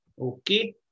Okay